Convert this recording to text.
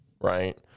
right